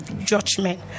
judgment